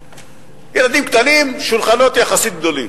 ילדים קטנים, שולחנות יחסית גדולים.